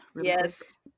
Yes